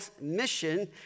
mission